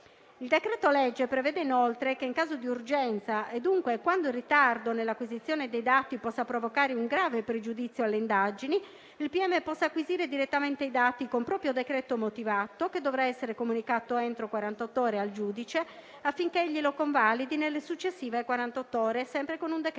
Il decreto-legge prevede inoltre che, in caso di urgenza, e dunque quando il ritardo nell'acquisizione dei dati possa provocare un grave pregiudizio alle indagini, il pm possa acquisire direttamente i dati con proprio decreto motivato, che dovrà essere comunicato entro quarantott'ore al giudice affinché egli lo convalidi nelle successive quarantott'ore, sempre con un decreto motivato.